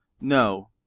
No